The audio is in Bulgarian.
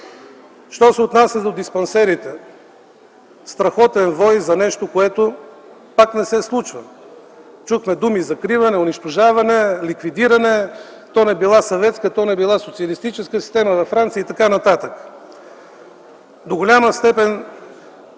Що се отнася до диспансерите. Страхотен вой за нещо, което пак не се случва. Чухме думи „закриване”, „унищожаване”, „ликвидиране”, то не била съветска, то не била социалистическа система във Франция и т.н. До голяма степен